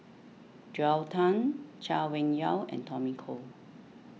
Joel Tan Chay Weng Yew and Tommy Koh